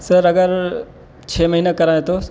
سر اگر چھ مہینہ کرائیں تو